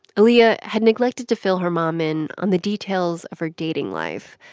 aaliyah had neglected to fill her mom in on the details of her dating life.